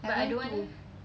I want to